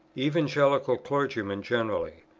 evangelical clergymen generally,